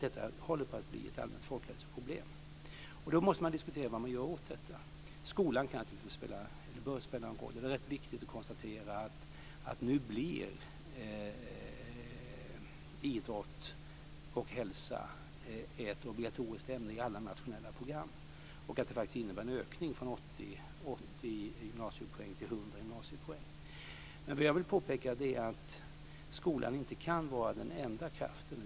Detta håller på att bli ett allmänt folkhälosproblem. Då måste man diskutera vad man ska göra åt det. Skolan bör naturligtvis spela en roll. Det är viktigt att konstatera att idrott och hälsa nu blir ett obligatoriskt ämne i alla nationella program. Det innebär en ökning från 80 gymnasiepoäng till 100 gymnasiepoäng. Men skolan kan inte vara den enda kraften.